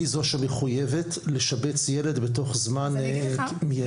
היא זו שמחוייבת לשבץ ילד בתוך זמן מיידי.